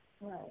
Right